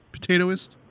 Potatoist